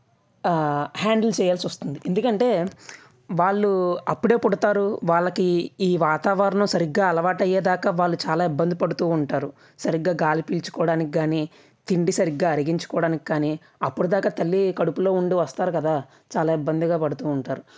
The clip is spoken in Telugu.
ఆ హ్యాండిల్ చేయాల్సి వస్తుంది ఎందుకంటే వాళ్లు అప్పుడే పుడతారు వాళ్లకి ఈ వాతావరణం సరిగ్గా అలవాటు అయ్యేదాకా వాళ్ళు చాలా ఇబ్బంది పడుతూ ఉంటారు సరిగ్గా గాలి పీల్చుకోడానికి కాని తిండి సరిగ్గా అరిగించుకోడానికి కాని అప్పుడు దాకా తల్లి కడుపులో ఉండి వస్తారు కదా చాలా ఇబ్బందిగా పడుతూ ఉంటారు